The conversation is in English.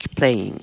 playing